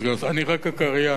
אני רק הקריין,